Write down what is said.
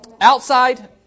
Outside